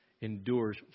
endures